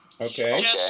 Okay